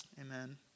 Amen